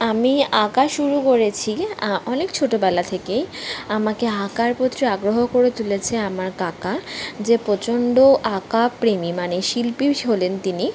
আমি আঁকা শুরু করেছি অনেক ছোটবেলা থেকেই আমাকে আঁকার প্রতি আগ্রহী করে তুলেছে আমার কাকা যে প্রচণ্ড আঁকাপ্রেমী মানে শিল্পী হলেন তিনি